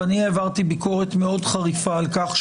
ואני העברתי ביקורת מאוד חריפה על כך,